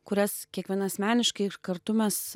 kurias kiekviena asmeniškai kartu mes